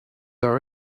our